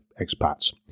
expats